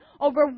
over